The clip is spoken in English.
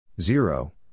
zero